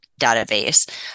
database